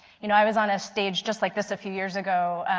you know i was on a stage just like this a few years ago.